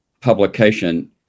publication